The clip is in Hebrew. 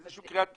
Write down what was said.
אין קריאת כיוון.